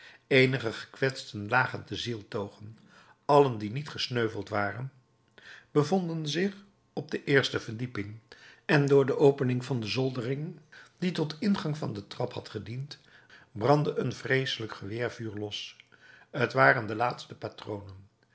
eenige gekwetsten lagen te zieltogen allen die niet gesneuveld waren bevonden zich op de eerste verdieping en door de opening van de zoldering die tot ingang van de trap had gediend brandde een vreeselijk geweervuur los t waren de laatste patronen